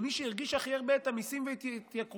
למי שהרגיש הכי הרבה את המיסים ואת ההתייקרויות,